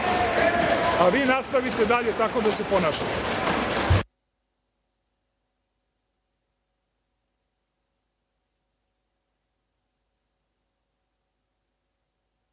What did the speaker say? a vi nastavite dalje tako da se ponašate.